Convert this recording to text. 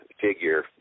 figure